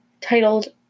titled